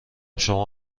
شما